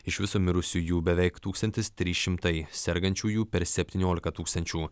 iš viso mirusiųjų beveik tūkstantis trys šimtai sergančiųjų per septyniolika tūkstančių